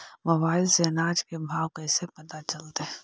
Mobile से अनाज के भाव कैसे पता चलतै?